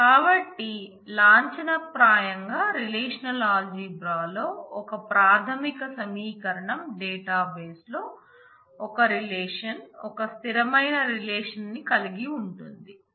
కాబట్టి లాంఛనప్రాయంగా relational algebra లో ఒక రిలేషన్ ఒక స్థిరమైన రిలేషన్ కలిగి ఉంటుంది